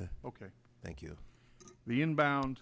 close ok thank you the inbound